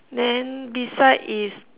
then beside is